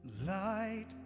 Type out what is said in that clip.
Light